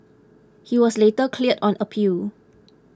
he was later cleared on appeal